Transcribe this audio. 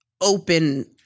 open